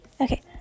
okay